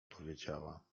powiedziała